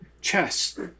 chess